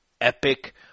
epic